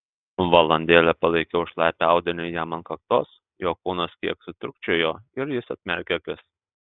valandėlę palaikiau šlapią audinį jam ant kaktos jo kūnas kiek sutrūkčiojo ir jis atmerkė akis